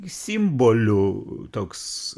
simbolių toks